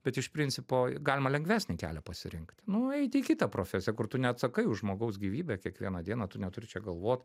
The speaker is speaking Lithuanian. bet iš principo galima lengvesnį kelią pasirinkti nueiti į kitą profesiją kur tu neatsakai už žmogaus gyvybę kiekvieną dieną tu neturi čia galvot